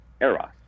eros